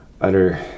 utter